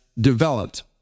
developed